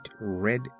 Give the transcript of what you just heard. red